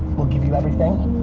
will give you everything.